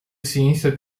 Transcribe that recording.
ciência